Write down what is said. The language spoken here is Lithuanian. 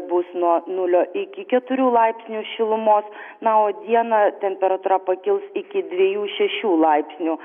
bus nuo nulio iki keturių laipsnių šilumos na o dieną temperatūra pakils iki dviejų šešių laipsnių